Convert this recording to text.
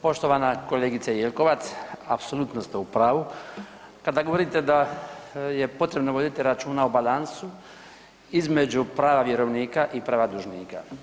Poštovana kolegice Jelkovac, apsolutno ste u pravu kada govorite da je potrebno voditi računa o balansu između prava vjerovnika i prava dužnika.